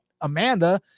amanda